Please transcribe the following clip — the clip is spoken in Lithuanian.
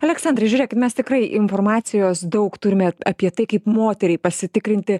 aleksandrai žiūrėkit mes tikrai informacijos daug turime apie tai kaip moteriai pasitikrinti